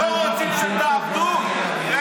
הם